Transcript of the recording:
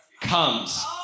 comes